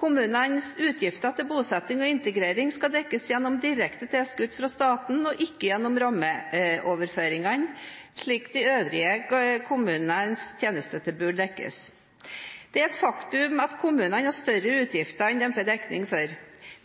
Kommunenes utgifter til bosetting og integrering skal dekkes gjennom direkte tilskudd fra staten og ikke gjennom rammeoverføringene, slik de øvrige tjenestetilbudene til kommunene dekkes. Det er et faktum at kommunene har større utgifter enn de får dekning for.